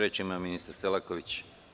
Reč ima ministar Selaković.